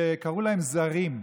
שקראו להם "זרים".